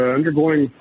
undergoing